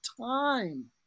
time